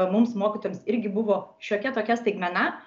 mums mokytojams irgi buvo šiokia tokia staigmena